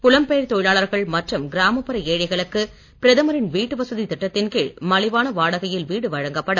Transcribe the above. புலம்பெயர் தொழிலாளர்கள் மற்றும் கிராமப்புற ஏழைகளுக்கு பிரதமரின் வீட்டுவசதித் திட்டத்தின் கீழ் மலிவான வாடகையில் வீடு வழங்கப்படும்